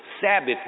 Sabbath